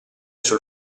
sul